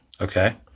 Okay